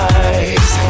eyes